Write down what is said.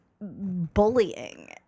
bullying